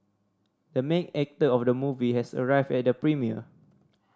the main actor of the movie has arrived at the premiere